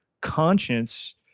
conscience